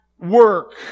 work